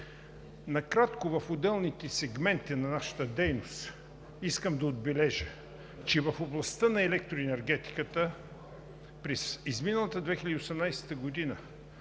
България. В отделните сегменти на нашата дейност накратко искам да отбележа, че в областта на електроенергетиката през изминалата 2018 г.